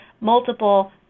multiple